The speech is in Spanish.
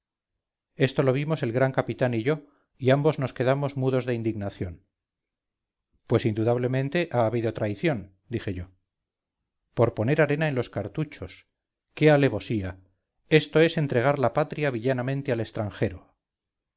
esto lo vimos el gran capitán y yo y ambos nos quedamos mudos de indignación pues indudablemente ha habido traición dije yo poner arena en los cartuchos qué alevosía esto es entregar la patria villanamente al extranjero